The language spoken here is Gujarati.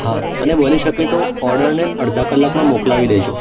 હા અને બની શકે તો ઓર્ડરને અડધા કલાકમાં મોકલાવી દેજો